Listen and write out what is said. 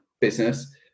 business